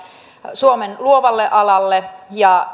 suomen luovalle alalle ja